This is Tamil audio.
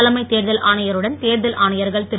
தலைமை தேர்தல் ஆணையருடன் தேர்தல் ஆணையர்கள் திரு